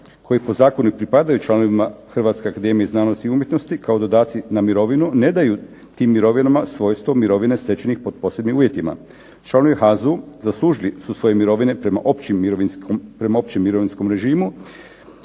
koji po zakonu i pripadaju članovima Hrvatske akademije znanosti i umjetnosti, kao dodaci na mirovinu ne daju tim mirovinama svojstvo mirovine stečenih pod posebnim uvjetima. Članovi HAZU zaslužili su svoje mirovine prema općem mirovinskom režimu,